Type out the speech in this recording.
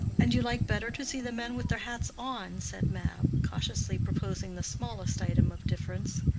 and you like better to see the men with their hats on? said mab, cautiously proposing the smallest item of difference.